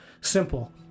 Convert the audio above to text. Simple